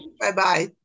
Bye-bye